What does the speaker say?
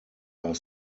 are